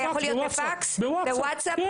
בפקס, בוואטסאפ.